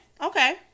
okay